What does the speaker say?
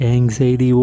Anxiety